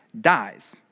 dies